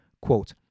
Quote